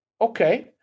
okay